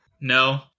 No